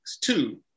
Two